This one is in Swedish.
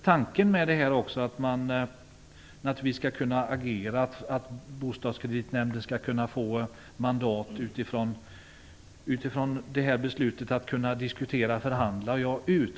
Tanken med förslaget är naturligtvis att Bostadskreditnämnden i detta sammanhang skall kunna få ett mandat att diskutera och förhandla.